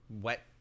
wet